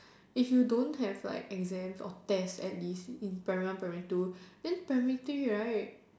if you don't have like exams or tests at least in primary one primary two then primary three right